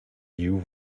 you